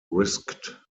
risked